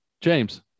James